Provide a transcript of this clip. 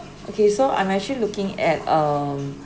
okay so I'm actually looking at um